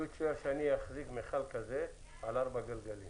לו אחזיק מכל כזה על ארבעה גלגלים